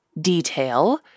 detail